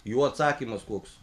jų atsakymas koks